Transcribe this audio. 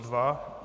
2.